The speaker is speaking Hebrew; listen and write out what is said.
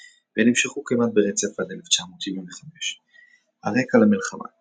ונמשכו כמעט ברצף עד 1975. הרקע למלחמה